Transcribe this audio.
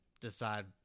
decide